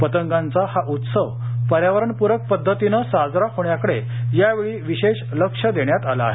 पतंगाचा हा उत्सव पर्यावरणपूरक पद्धतीनं साजरा होण्याकडे यावेळी विशेष लक्ष देण्यात आलं आहे